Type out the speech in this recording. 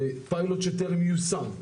זה פיילוט שטרם יושם.